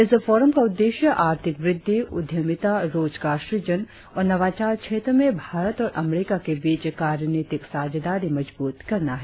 इस फोरम का उद्देश्य आर्थिक वृद्धि उद्यमिता रोजगार सृजन और नवाचार क्षेत्रों में भारत और अमरीका के बीच कार्यनीतिक साझेदारी मजबूत करना है